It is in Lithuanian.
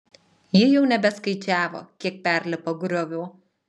ji jau nebeskaičiavo kiek perlipo griovų